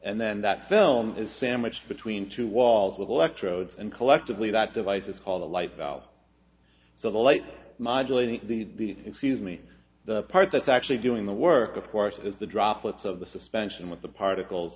and then that film is sandwiched between two walls with electrodes and collectively that device is called the light bulb so the light modulating the excuse me the part that's actually doing the work of course is the droplets of the suspension with the particles